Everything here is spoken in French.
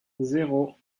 zéro